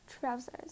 trousers